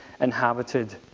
inhabited